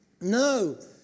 no